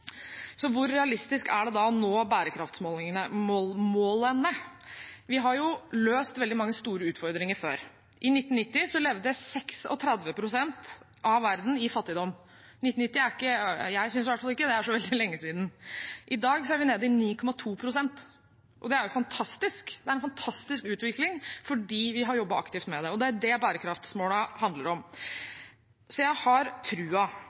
Så hvor realistisk er det da å nå bærekraftsmålene? Vi har løst veldig mange store utfordringer før. I 1990 levde 36 pst. av verden i fattigdom. 1990 er ikke så veldig lenge siden – jeg synes i hvert fall ikke det. I dag er vi nede i 9,2 pst. Det er en fantastisk utvikling fordi vi har jobbet aktivt med det. Det er det bærekraftsmålene handler om. Jeg har trua